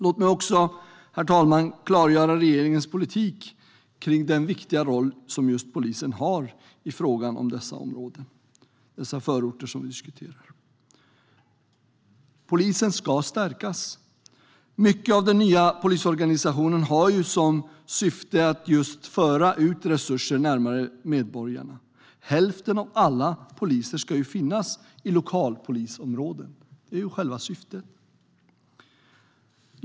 Låt mig också klargöra regeringens politik när det gäller den viktiga roll som polisen har i fråga om dessa förorter som vi diskuterar. Polisen ska stärkas. Mycket av syftet med den nya polisorganisationen är just att resurser ska föras ut närmare medborgarna. Hälften av alla poliser ska finnas i lokalpolisområden. Det är själva syftet.